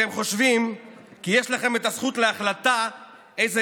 אתם חושבים שיש לכם את הזכות להחלטה איזו